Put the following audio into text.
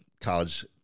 college